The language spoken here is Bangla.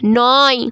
নয়